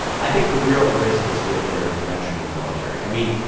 i think the real risk is with their conventional military. i mean,